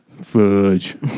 Fudge